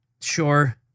Sure